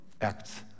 Acts